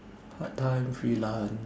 part time freelance